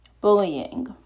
Bullying